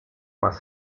más